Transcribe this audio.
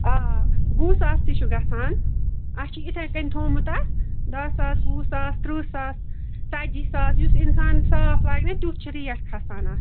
آ وُہ ساس تہِ چھُ گَژھان اسہِ چھُ یِتھَے کٔنۍ تھومُت اَتھ دَہ ساس وُہ ساس تٕرٛہ ساس ژتجی ساس یُتھ انسان صاف لاگہِ نَہ تیُتھ چھِ ریٹ کھسان اَتھ